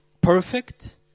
perfect